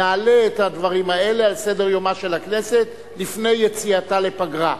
נעלה את הדברים האלה על סדר-יומה של הכנסת לפני יציאתה לפגרה.